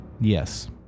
Yes